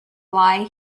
lie